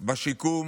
בשיקום,